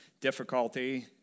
difficulty